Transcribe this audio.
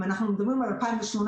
אם אנחנו מדברים על 2018,